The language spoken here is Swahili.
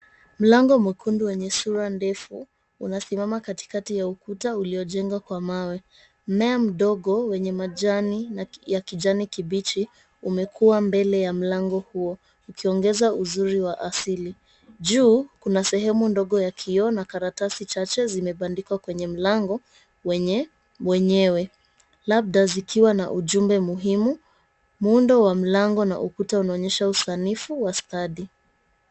Mlango mwekundu wenye sura ndefu unasimama katikati ya ukuta uliojengwa kwa mawe. Mmea mdogo wenye majani ya kijani kibichi umekua mbele ya mlango huo ukiongeza uzuri wa asili. Juu, kuna sehemu ndogo ya kioo na karatasi chache zimebandikwa kwenye mlango wenyewe labda zikiwa na ujumbe muhimu. Muundo wa mlango na ukuta unaonyesha usanifu wa stadi.